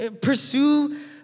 pursue